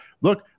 look